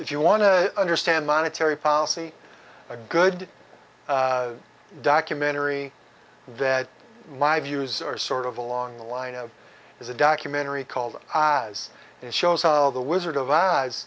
if you want to understand monetary policy a good documentary that my views are sort of along the lines of is a documentary called eyes and shows how the wizard of